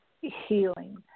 healing